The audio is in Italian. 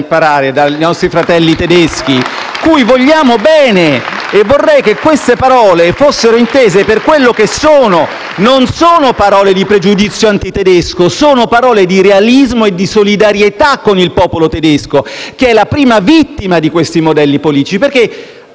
dai Gruppi* *LS-P, M5S e FdI*). Cui vogliamo bene e vorrei che queste parole fossero intese per quello che sono: non sono parole di pregiudizio antitedesco, sono parole di realismo e di solidarietà con il popolo tedesco, che è la prima vittima di questi modelli politici.